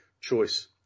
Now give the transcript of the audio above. choice